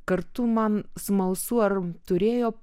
kart man smalsu ar turėjo